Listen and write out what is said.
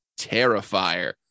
Terrifier